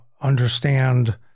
understand